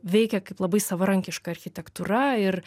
veikė kaip labai savarankiška architektūra ir